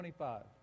25